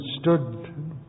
stood